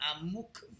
amuk